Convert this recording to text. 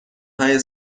های